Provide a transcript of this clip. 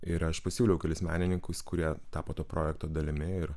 ir aš pasiūliau kelis menininkus kurie tapo to projekto dalimi ir